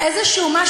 כל הכבוד לנשים.